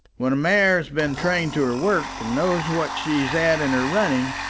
when a mare has been trained to her work, and knows what she's at in her running,